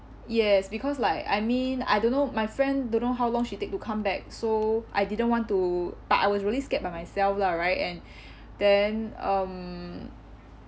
yes because like I mean I don't know my friend don't know how long she take to come back so I didn't want to but I was really scared by myself lah right and then um